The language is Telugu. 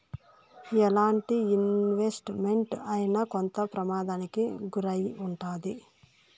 ఎలాంటి ఇన్వెస్ట్ మెంట్ అయినా కొంత ప్రమాదానికి గురై ఉంటాది